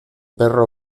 perro